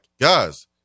guys